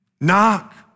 knock